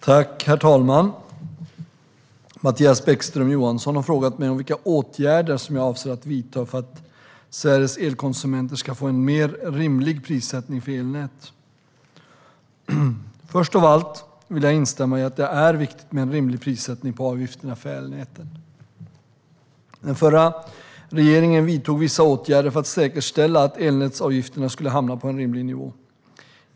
Herr talman! Mattias Bäckström Johansson har frågat mig om vilka åtgärder jag avser att vidta för att Sveriges elkonsumenter ska få en mer rimlig prissättning för elnät. Först av allt vill jag instämma i att det är viktigt med en rimlig prissättning på avgifterna för elnäten. Den förra regeringen vidtog vissa åtgärder för att säkerställa att elnätsavgifterna skulle hamna på en rimlig nivå.